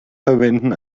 verwenden